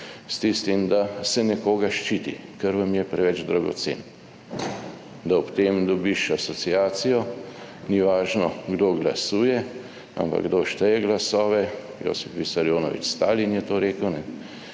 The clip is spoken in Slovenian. s tistim, da se nekoga ščiti, kar vam je preveč dragocen, da ob tem dobiš asociacijo ni važno kdo glasuje, ampak kdo šteje glasove, Josip Pisarjaonović Stalin je to rekel.